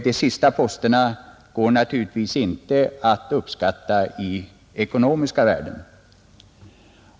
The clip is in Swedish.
De sista posterna går naturligtvis inte att uppskatta i ekonomiska värden.